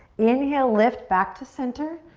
inhale, lift back to center.